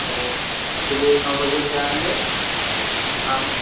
अब वह सुबह नौ बजे से आएँगे शाम